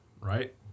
Right